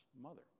mother